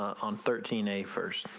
on thirteen a first.